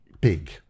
big